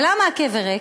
ולמה הקבר ריק?